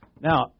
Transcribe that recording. Now